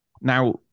Now